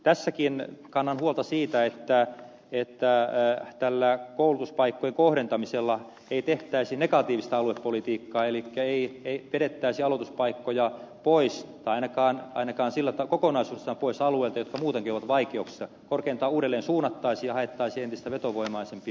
tässäkin kannan huolta siitä että tällä koulutuspaikkojen kohdentamisella ei tehtäisi negatiivista aluepolitiikkaa elikkä ei vedettäisi aloituspaikkoja pois tai ainakaan kokonaisuudessaan pois alueilta jotka muutenkin ovat vaikeuksissa korkeintaan uudelleen suunnattaisiin ja haettaisiin entistä vetovoimaisempia alueita